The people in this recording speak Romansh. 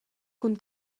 cun